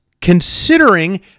considering